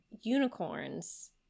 unicorns